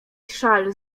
szal